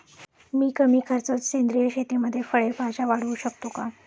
मी कमी खर्चात सेंद्रिय शेतीमध्ये फळे भाज्या वाढवू शकतो का?